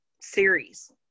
series